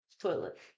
toilet